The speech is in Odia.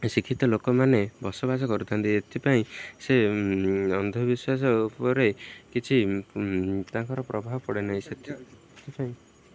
ଶିକ୍ଷିତ ଲୋକମାନେ ବସବାସ କରିଥାନ୍ତି ଏଥିପାଇଁ ସେ ଅନ୍ଧବିଶ୍ୱାସ ଉପରେ କିଛି ତାଙ୍କର ପ୍ରଭାବ ପଡ଼େ ନାହିଁ ସେଥିପାଇଁ